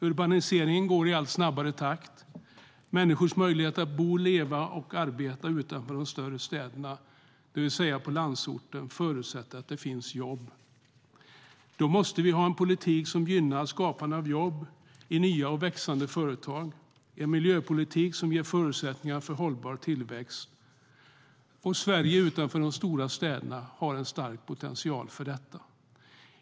Urbaniseringen går i allt snabbare takt. Människors möjligheter att bo, leva och arbeta utanför de större städerna, det vill säga på landsorten, förutsätter att det finns jobb. Då måste vi ha en politik som gynnar skapande av jobb i nya och växande företag och en miljöpolitik som ger förutsättningar för en hållbar tillväxt. Sverige utanför de stora städerna har stor potential för detta.